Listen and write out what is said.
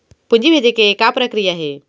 पूंजी भेजे के का प्रक्रिया हे?